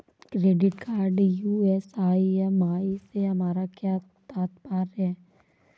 Credit card US EMI से हमारा क्या तात्पर्य है?